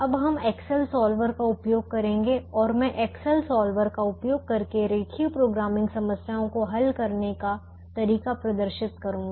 अब हम Excel solver का उपयोग करेंगे और मैं एक्सेल सॉल्वर का उपयोग करके रेखीय प्रोग्रामिंग समस्याओं को हल करने का तरीका प्रदर्शित करूँगा